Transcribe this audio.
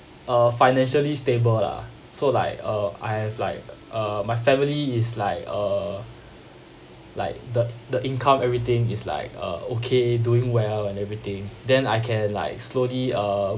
uh financially stable lah so like uh I have like uh my family is like uh like the the income everything is like uh okay doing well and everything then I can like slowly uh